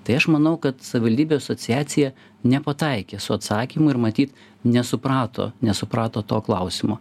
tai aš manau kad savivaldybių asociacija nepataikė su atsakymu ir matyt nesuprato nesuprato to klausimo